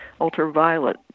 ultraviolet